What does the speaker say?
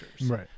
Right